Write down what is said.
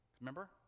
remember